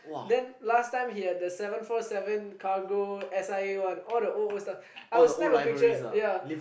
then last time he have the seven four seven cargo S_I_A one I will snap a picture ya